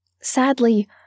Sadly